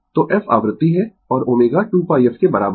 तो f आवृत्ति है और ω 2πf के बराबर है